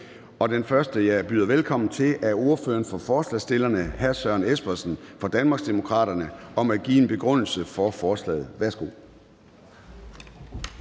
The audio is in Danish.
Den første, jeg byder velkommen til, er ordføreren for forslagsstillerne, hr. Søren Espersen fra Danmarksdemokraterne, for at give en begrundelse for forslaget. Værsgo.